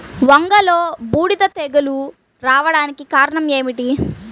వంగలో బూడిద తెగులు రావడానికి కారణం ఏమిటి?